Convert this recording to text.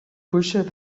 pushed